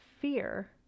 fear